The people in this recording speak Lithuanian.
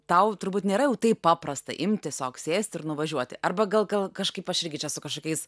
tau turbūt nėra jau taip paprasta imt tiesiog sėst ir nuvažiuoti arba gal gal kažkaip aš irgi čia su kažkokiais